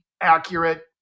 accurate